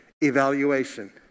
evaluation